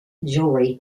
jewelry